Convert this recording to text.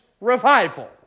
revival